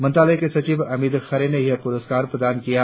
मंत्रालय में सचिव अमित खरे ने यह प्रस्कार प्रदान किए